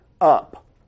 up